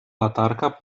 latarka